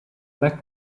mac